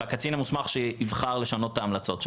והקצין המוסמך שייבחר לשנות את ההמלצות שלו.